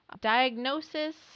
Diagnosis